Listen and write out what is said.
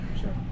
Sure